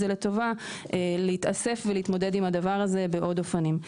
זה לטובה להתאסף ולהתמודד עם הדבר הזה בעוד אופנים.